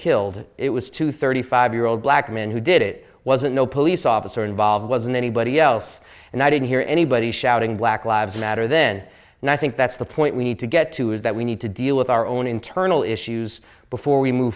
killed it was two thirty five year old black man who did it wasn't no police officer involved wasn't anybody else and i didn't hear anybody shouting black lives matter then and i think that's the point we need to get to is that we need to deal with our own internal issues before we move